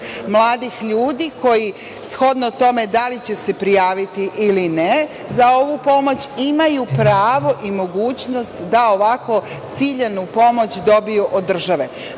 mladih ljudi koji shodno tome da li će se prijaviti ili ne za ovu pomoć imaju pravo i mogućnost da ovako ciljanu pomoć dobiju od države. Mislim